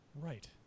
Right